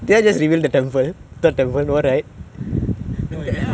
no you never that's not the temple mother is terror of